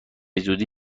زودی